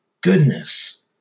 goodness